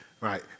Right